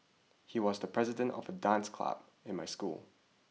he was the president of the dance club in my school